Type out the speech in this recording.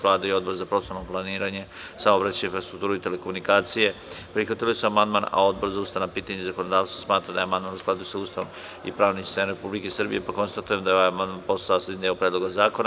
Vlada i Odbor za prostorno planiranje, saobraćaj, infrastrukturu i telekomunikacije prihvatili su amandman, a Odbor za ustavna pitanja i zakonodavstvo smatra da je amandman u skladu sa Ustavom i pravnim sistemom Republike Srbije, pa konstatujem da je ovaj amandman postao sastavni deo Predloga zakona.